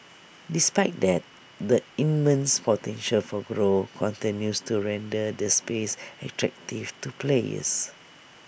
despite that the immense potential for growth continues to render the space attractive to players